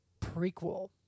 prequel